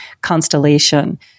constellation